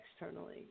externally